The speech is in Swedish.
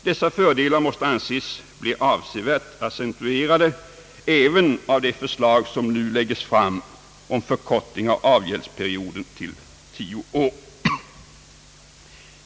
Dessa fördelar måste anses bli avsevärt accentuerade även av det förslag som nu läggs fram om förkortning av avgäldsperioden till tio år.